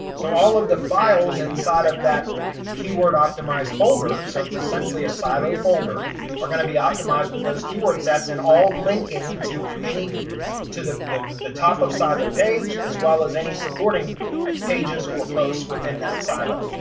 so all of the files inside of that keyword optimized folder, so it's essentially a silo folder are going to be optimized with those keywords, sets and all linking to any to the the the top of silo page, as well as any supporting pages or posts within that silo.